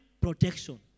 protection